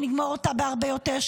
שנגמור אותה בהרבה יותר,